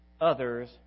others